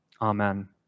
Amen